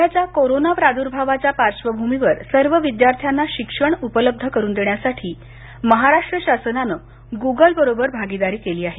सध्याच्या कोरोना प्रार्द्भावाच्या पार्श्वभूमीवर सर्व विद्यार्थ्यांना शिक्षण उपलब्ध करुन देण्यासाठी महाराष्ट्र शासनानं गुगल बरोबर भागिदारी केली आहे